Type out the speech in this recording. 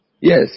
Yes